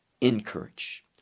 encourage